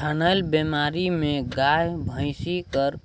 थनैल बेमारी में गाय, भइसी कर